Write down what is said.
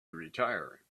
retire